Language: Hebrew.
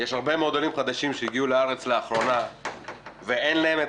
יש הרבה מאוד עולים חדשים שהגיעו לארץ לאחרונה ואין להם את